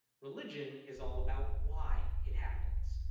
religion is all about why it happens.